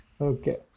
Okay